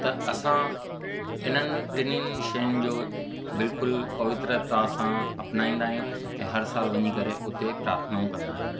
त असां इन्हनि टिन्हिनि शयुनि जो बिल्कुलु पवित्रता सां अपनाईंदा हि ऐं हर साल वञी करे उते प्राथनाऊं कंदा आहियूं